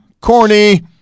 corny